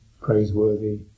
praiseworthy